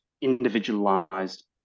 individualized